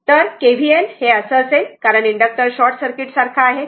तर KVL हे असं असेल कारण इंडक्टर हा शॉर्टसर्किट सारखा करेल